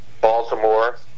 baltimore